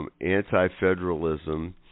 Anti-federalism